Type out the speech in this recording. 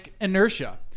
inertia